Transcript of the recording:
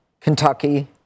Kentucky